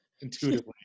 intuitively